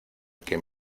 que